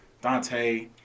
Dante